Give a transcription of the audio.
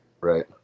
Right